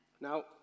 Now